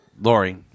Lori